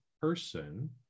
person